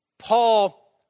Paul